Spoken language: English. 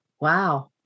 Wow